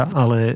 ale